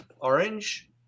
orange